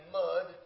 mud